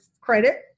credit